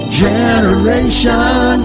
generation